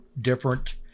different